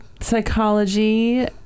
psychology